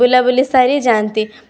ବୁଲା ବୁଲି ସାରି ଯାଆନ୍ତି